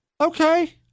Okay